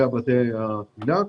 ובתי התפילה.